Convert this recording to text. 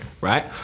right